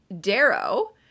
Darrow